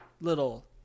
little